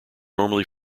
normally